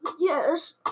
Yes